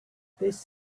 this